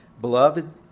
Beloved